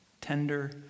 tender